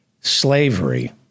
Slavery